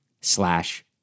slash